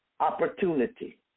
Opportunity